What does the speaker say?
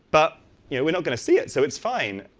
but you know and going to see it, so it's fine.